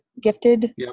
gifted